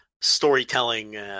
Storytelling